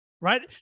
right